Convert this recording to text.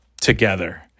together